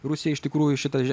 rusija iš tikrųjų šitą